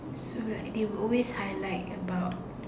so like they will always highlight about